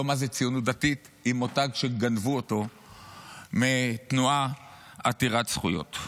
לא מה זו ציונות דתית עם מותג שגנבו אותו מתנועה עתירת זכויות.